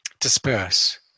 disperse